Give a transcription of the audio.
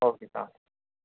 او کے سلام علیکُم